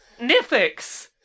Nifix